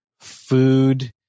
food